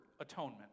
atonement